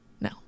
No